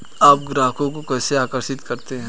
आप ग्राहकों को कैसे आकर्षित करते हैं?